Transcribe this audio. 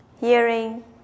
hearing